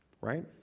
right